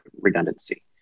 redundancy